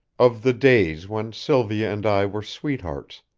of the days when sylvia and i were sweethearts,